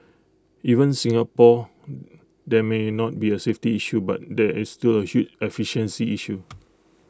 even Singapore there may not be A safety issue but there is still A huge efficiency issue